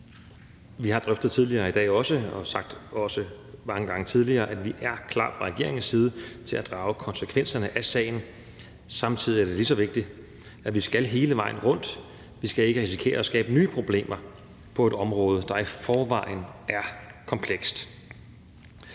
Vi har drøftet det tidligere i dag og har også mange gange tidligere sagt, at vi er klar fra regeringens side til at drage konsekvenserne af sagen. Samtidig er det lige så vigtigt, at vi skal hele vejen rundt. Vi skal ikke risikere at skabe nye problemer på et område, der i forvejen er komplekst.